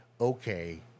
Okay